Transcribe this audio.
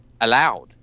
allowed